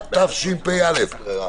התשפ"א-2020,